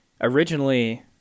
originally